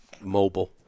mobile